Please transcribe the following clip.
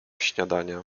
śniadania